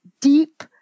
deep